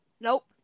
nope